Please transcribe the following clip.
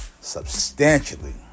substantially